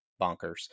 bonkers